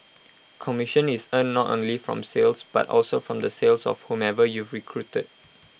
commission is earned not only from sales but also from the sales of whomever you've recruited